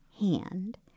hand